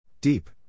Deep